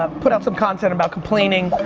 um put out some content about complaining,